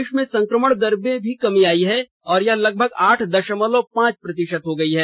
देश में संक्रमण दर में भी कमी आई है और यह लगभग आठ दशमलव पांच प्रतिशत हो गई है